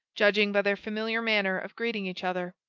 judging by their familiar manner of greeting each other.